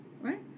Right